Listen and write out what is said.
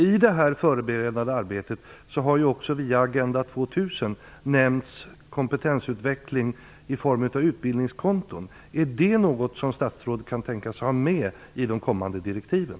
I det förberedande arbetet har också via Agenda 2 000 nämnts kompetensutveckling i form av utbildningskonton. Är detta något som statsrådet kan tänkas ha med i de kommande direktiven?